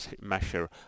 measure